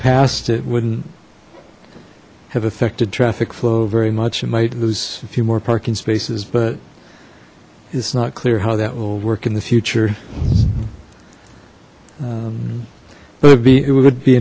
past it wouldn't have affected traffic flow very much it might lose a few more parking spaces but it's not clear how that will work in the future music would be it would be